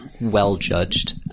well-judged